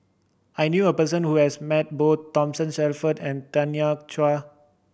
I knew a person who has met both Thomas Shelford and Tanya Chua